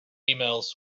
emails